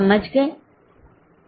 समझ हैं